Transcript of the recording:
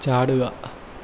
ചാടുക